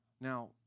now